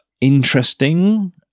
interesting